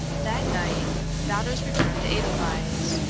that night baldos returned to edelweiss,